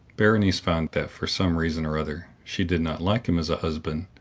berenice found that, for some reason or other, she did not like him as a husband,